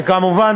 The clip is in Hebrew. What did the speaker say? וכמובן,